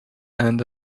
and